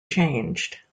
changed